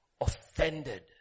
offended